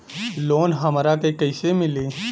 Loan हमरा के कईसे मिली?